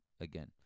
again